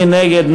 מי נגד?